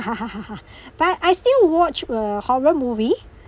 but I still watch uh horror movie